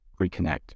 reconnect